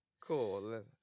Cool